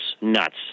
nuts